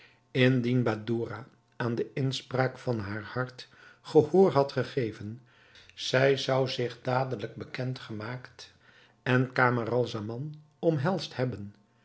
indien badoura aan de inspraak van haar hart gehoor had gegeven zij zou zich dadelijk bekend gemaakt en camaralzaman omhelsd hebben